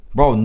Bro